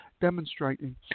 Demonstrating